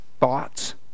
Thoughts